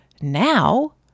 Now